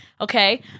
okay